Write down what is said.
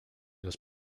los